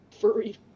furry